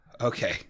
Okay